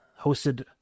hosted